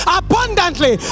abundantly